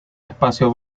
espacio